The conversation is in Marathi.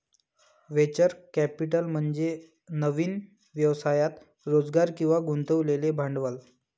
व्हेंचर कॅपिटल म्हणजे नवीन व्यवसायात रोजगार किंवा गुंतवलेले भांडवल